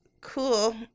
Cool